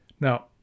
Now